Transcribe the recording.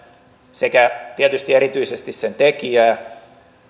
sekä tietysti erityisesti sen tekijää